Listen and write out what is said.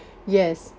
yes